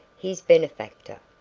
his benefactor.